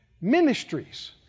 ministries